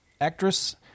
actress